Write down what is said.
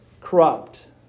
corrupt